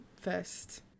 first